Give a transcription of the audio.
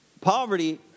Poverty